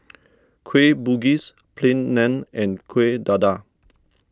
Kueh Bugis Plain Naan and Kuih Dadar